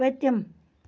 پٔتِم